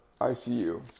ICU